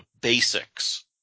basics